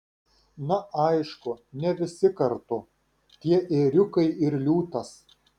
na aišku ne visi kartu tie ėriukai ir liūtas